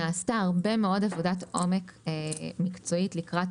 נעשתה הרבה מאוד עבודת עומק מקצועית לקראת